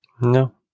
no